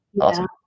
Awesome